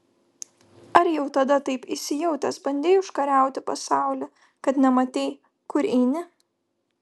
ar jau tada taip įsijautęs bandei užkariauti pasaulį kad nematei kur eini